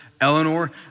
Eleanor